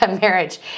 marriage